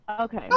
Okay